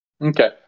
Okay